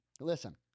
Listen